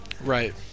Right